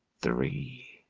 three.